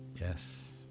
Yes